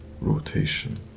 rotation